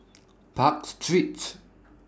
Park Street